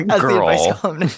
girl